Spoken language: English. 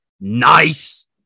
Nice